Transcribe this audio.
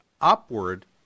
upward